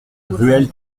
ruelle